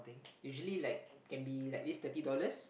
usually like can be like at least thirty dollars